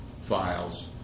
files